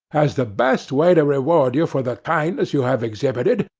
as the best way to reward you for the kindness you have exhibited,